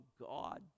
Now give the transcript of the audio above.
God